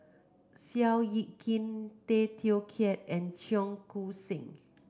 Seow Yit Kin Tay Teow Kiat and Cheong Koon Seng